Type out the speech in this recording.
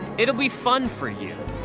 it'll be fun for you.